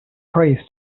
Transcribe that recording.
prays